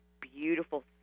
beautiful